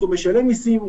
הוא משלם מיסים,